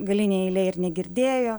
galinėj eilėj ir negirdėjo